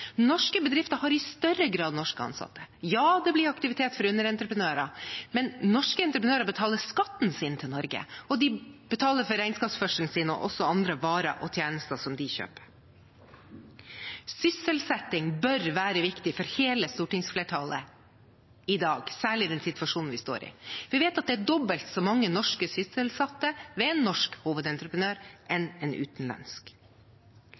Norske bedrifter har i større grad norske ansatte. Ja, det blir aktivitet for underentreprenører, men norske entreprenører betaler skatten sin til Norge, og de betaler for regnskapsførselen sin og for andre varer og tjenester som de kjøper. Sysselsetting bør være viktig for hele stortingsflertallet i dag, særlig i den situasjonen vi står i. Vi vet at det er dobbelt så mange norske sysselsatte ved en norsk hovedentreprenør